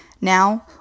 Now